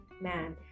man